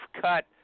cut